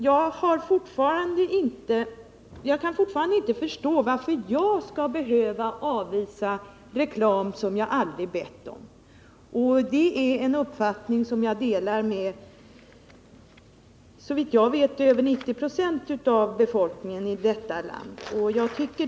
Jag förstår fortfarande inte varför jag skall behöva avvisa reklam som jag aldrig har bett om, och detta är en uppfattning som jag, såvitt jag vet, delar med över 90 96 av befolkningen.